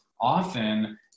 often